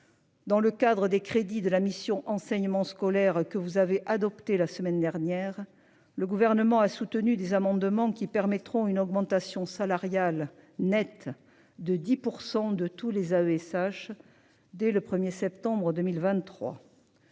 Dans le cadre des crédits de la mission enseignement scolaire que vous avez adopté la semaine dernière, le gouvernement a soutenu des amendements qui permettront une augmentation salariale nette de 10% de tous les AESH dès le 1er septembre 2023.